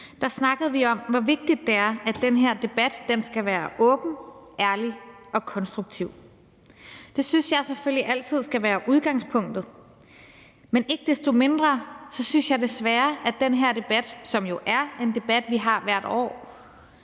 snakkede vi om, hvor vigtigt det er, at den her debat skal være åben, ærlig og konstruktiv. Det synes jeg selvfølgelig altid skal være udgangspunktet, men ikke desto mindre synes jeg desværre, at den her debat, som jo er en debat, vi har hvert år,